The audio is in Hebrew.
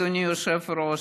אדוני היושב-ראש,